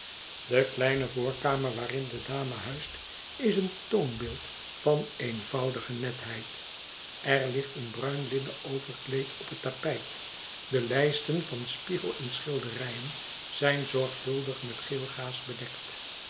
de kleine voorkamer waarin de dame huist is een toonbeeld van eenvoudige netheid er ligt een bruin linnen overkleed op het tapijt de lijsten van spiegel en schilderijen zijn zorgvuldig met geel gaas bedekt